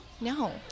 No